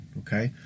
okay